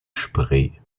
spree